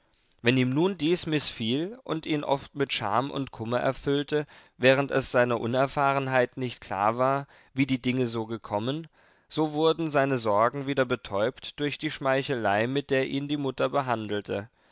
wenn ihm nun dies mißfiel und ihn oft mit scham und kummer erfüllte während es seiner unerfahrenheit nicht klar war wie die dinge so gekommen so wurden seine sorgen wieder betäubt durch die schmeichelei mit der ihn die mutter behandelte